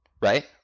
right